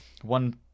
one